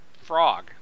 frog